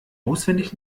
auswendig